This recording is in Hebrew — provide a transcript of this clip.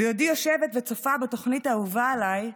בעודי יושבת וצופה בתוכנית האהובה עליי,